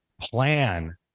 plan